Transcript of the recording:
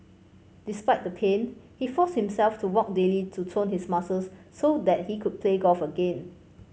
despite the pain he forced himself to walk daily to tone his muscles so that he could play golf again